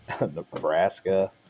Nebraska